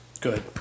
Good